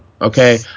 okay